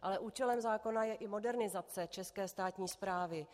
Ale účelem zákona je i modernizace české státní správy.